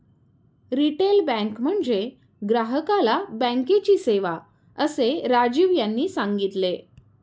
retail bank म्हणजे ग्राहकाला बँकेची सेवा, असे राजीव यांनी सांगितले